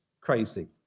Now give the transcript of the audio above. crazy